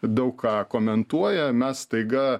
daug ką komentuoja mes staiga